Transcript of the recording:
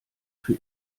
für